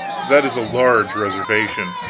that is a large reservation.